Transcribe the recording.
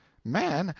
man,